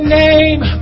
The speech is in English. name